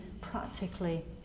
practically